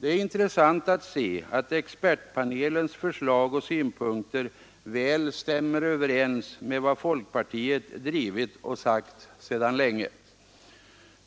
Det är intressant att se att expertpanelens förslag och synpunkter väl stämmer överens med vad folkpartiet drivit och sagt sedan länge: